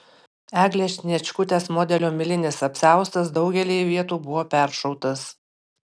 eglės sniečkutės modelio milinis apsiaustas daugelyje vietų buvo peršautas